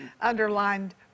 underlined